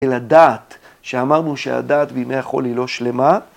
‫אל הדעת, שאמרנו שהדעת ‫בימי החול היא לא שלמה.